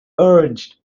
urged